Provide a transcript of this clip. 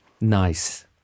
Nice